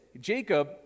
Jacob